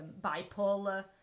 bipolar